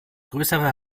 größere